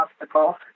obstacle